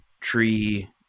tree